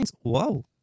Whoa